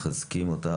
אנחנו מחזקים אותה,